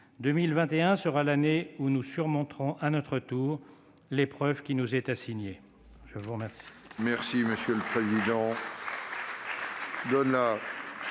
2021 sera l'année où nous surmonterons à notre tour l'épreuve qui nous est assignée. La parole